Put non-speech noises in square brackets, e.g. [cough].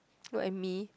[noise] look at me